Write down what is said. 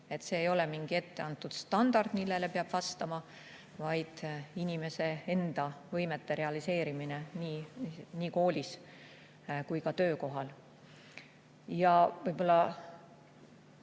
Tegu ei ole mingi etteantud standardiga, millele peab vastama, vaid inimese enda võimete realiseerimisega nii koolis kui ka töökohal. Ja ühe väga